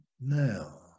Now